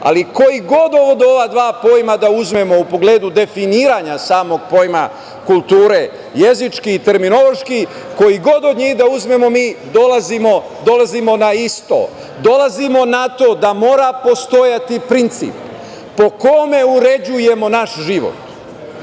ali koji god ova dva pojma da uzmemo u pogledu definiranja samog pojma kulture, jezički i terminološki koji god od njih da uzmemo mi dolazimo na isto. Dolazimo na t o da mora postojati princip po kome uređujemo naš život. Ono